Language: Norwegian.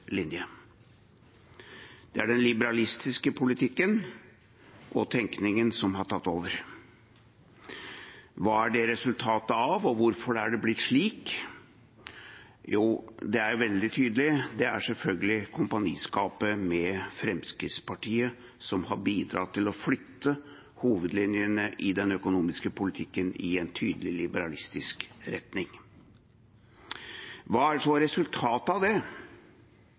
linje. Det er den liberalistiske politikken og tenkningen som har tatt over. Hva er det resultatet av, og hvorfor er det blitt slik? Jo, det er veldig tydelig, det er selvfølgelig kompaniskapet med Fremskrittspartiet som har bidratt til å flytte hovedlinjene i den økonomiske politikken i en tydelig liberalistisk retning. Hva er så resultatet av det?